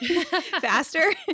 faster